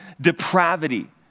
depravity